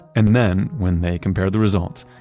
and then when they compare the results,